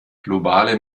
globale